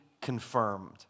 confirmed